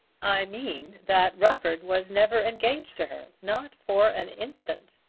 i mean that rufford was never engaged to her not for an instant,